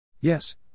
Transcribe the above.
Yes